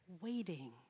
waiting